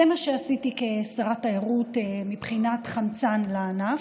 זה מה שעשיתי כשרת תיירות מבחינת חמצן לענף.